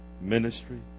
ministry